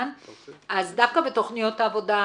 דווקא בתכניות העבודה,